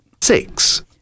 Six